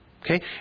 Okay